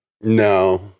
No